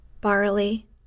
barley